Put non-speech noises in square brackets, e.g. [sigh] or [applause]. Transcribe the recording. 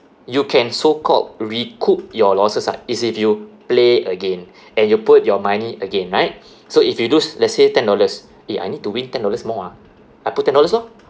you can so called recoup your losses ah is if you play again [breath] and you put your money again right so if you lose let's say ten dollars eh I need to win ten dollars more ah I put ten dollars lor